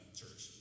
church